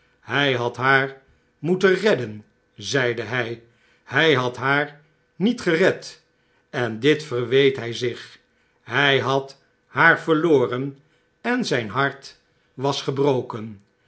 hy had haar moeten redden zeide hij hi had haar niet gered en dit verweet hij zich hij had haar verloren en zijn hart was gebroken